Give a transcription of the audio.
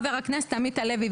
חבר הכנסת עמית הלוי,